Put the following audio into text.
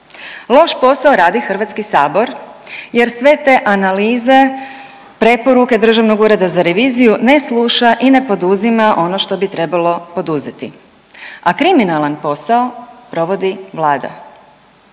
Loš posao radi HS jer sve te analize i preporuke Državnog ureda za reviziju ne sluša i ne poduzima ono što bi trebalo poduzeti, a kriminalan posao provodi Vlada.